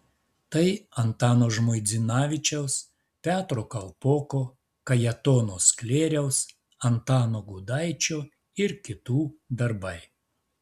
tai antano žmuidzinavičiaus petro kalpoko kajetono sklėriaus antano gudaičio ir kitų darbai